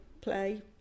play